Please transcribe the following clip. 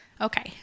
Okay